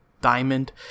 diamond